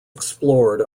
explored